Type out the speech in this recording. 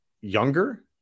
younger